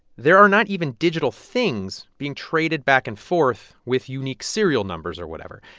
there are not even digital things being traded back and forth with unique serial numbers or whatever.